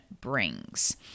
brings